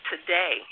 today